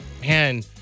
man